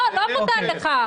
לא, לא מותר לך.